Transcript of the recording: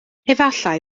efallai